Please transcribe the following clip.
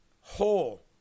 whole